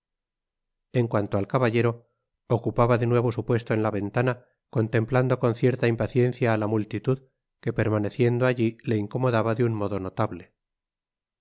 en cuanto al caballero ocupaba de nuevo su puesto en la ventana contemplando con cierta impaciencia á la multitud que permaneciendo allí le incomodaba de un modo notable y